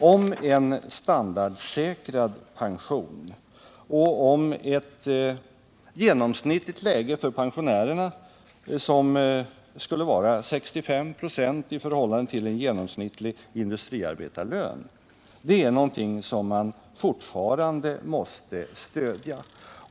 kraven på en standardsäkrad pension och på ett genomsnittligt läge för pensionärerna som skulle vara 65 96 i förhållande till en genomsnittlig industriarbetarlön — de kraven måste man fortsätta att stödja.